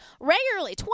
regularly